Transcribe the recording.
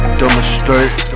demonstrate